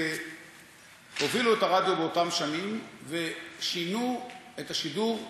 שהובילו את הרדיו באותן שנים ושינו את השידור,